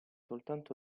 soltanto